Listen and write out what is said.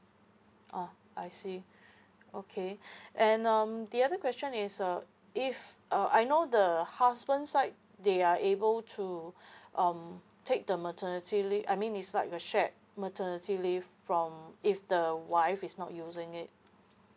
orh I see okay and um the other question is uh if uh I know the husband side they are able to um take the maternity leave I mean is like a shared maternity leave from if the wife is not using it